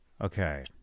okay